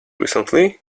recently